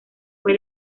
fue